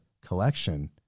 collection